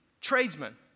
tradesmen